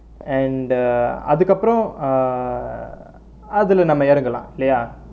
and uh அதுக்கு அப்புறம்:athuku appuram err அதுலை நம்ப இறங்கலாம் இல்லையா:athulai namba irangalaam illaiyaa